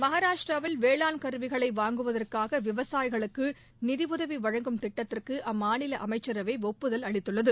மகாராஷ்டிராவில் வேளாண் கருவிகளை வாங்குவதற்காக விவசாயிகளுக்கு நிதியுதவி வழங்கும் திட்டத்திற்கு அம்மாநில அமைச்சரவை ஒப்புதல் அளித்துள்ளது